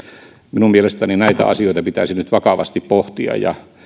minun mielestäni näitä asioita pitäisi nyt vakavasti pohtia ja